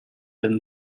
and